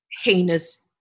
heinous